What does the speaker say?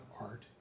art